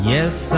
Yes